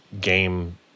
game